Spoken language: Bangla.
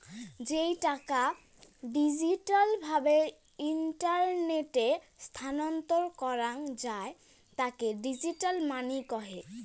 যেই টাকা ডিজিটাল ভাবে ইন্টারনেটে স্থানান্তর করাঙ যাই তাকে ডিজিটাল মানি কহে